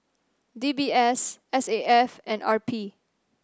D B S S A F and R P